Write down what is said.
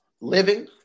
Living